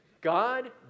God